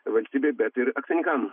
valstybei bet ir akcininkam